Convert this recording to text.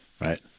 right